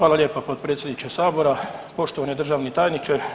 Hvala lijepo potpredsjedniče Sabora, poštovani državni tajniče.